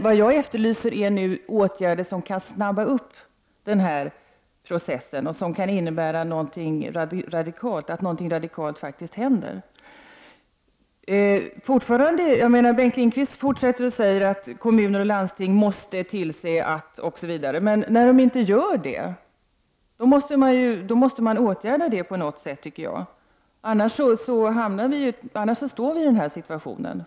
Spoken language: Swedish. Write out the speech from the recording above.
Vad jag efterlyser är emellertid åtgärder som kan snabba upp processen, åtgärder som kan innebära att någonting radikalt faktiskt händer. Bengt Lindqvist fortsätter att säga att ”kommuner och landsting måste tillse att ——-”. Men när de inte gör detta måste man ju åtgärda det på något sätt. Annars kommer vi att stå kvar i den här situationen.